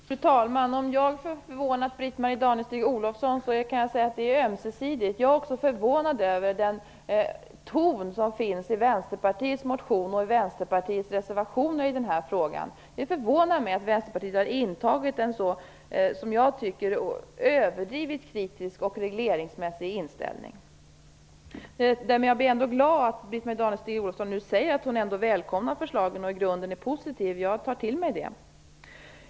Fru talman! Om jag har förvånat Britt-Marie Danestig-Olofsson kan jag säga att förvåningen är ömsesidig. Jag är förvånad över den ton som finns i Vänsterpartiets motion och i Vänsterpartiets reservationer. Det förvånar mig att Vänsterpartiet har intagit en så - som jag ser det - överdrivet kritisk och regleringsmässig inställning. Men jag blir glad när Britt Marie Danestig-Olofsson nu säger att hon ändå välkomnar förslaget och att hon i grunden är positivt inställd. Jag tar till mig det.